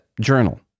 journal